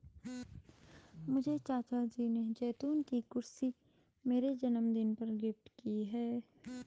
मुझे चाचा जी ने जैतून की कुर्सी मेरे जन्मदिन पर गिफ्ट की है